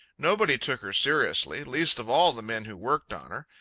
nobody took her seriously least of all the men who worked on her.